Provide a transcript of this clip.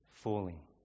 Falling